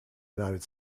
united